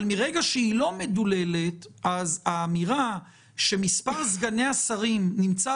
אבל מרגע שהיא לא מדוללת אז האמירה שמספר סגני השרים נמצא